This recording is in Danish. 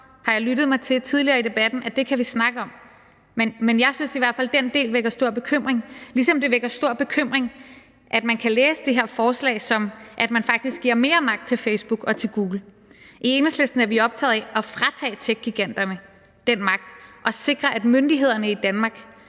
har jeg lyttet mig til tidligere i debatten. Men jeg synes i hvert fald, at den del vækker stor bekymring, ligesom det vækker bekymring, at man kan læse det her forslag, som om man faktisk giver mere magt til Facebook og til Google. I Enhedslisten er vi optaget af at fratage techgiganterne den magt og sikre, at myndighederne i Danmark